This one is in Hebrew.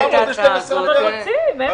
כחול לבן לא רוצים.